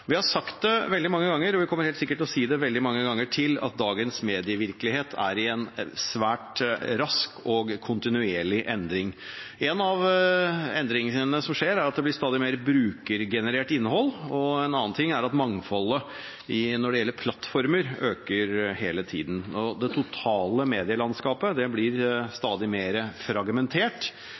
Vi har sagt det veldig mange ganger, og vi kommer sikkert til å si det mange ganger til: Dagens medievirkelighet er i en svært rask og kontinuerlig endring. En av endringene som skjer, er at det blir stadig mer brukergenerert innhold, og en annen er at mangfoldet av plattformer øker hele tiden. Det totale medielandskapet blir stadig mer fragmentert.